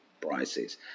prices